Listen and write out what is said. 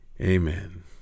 Amen